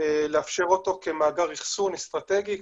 לאפשר אותו כמאגר אחסון אסטרטגי,